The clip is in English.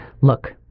look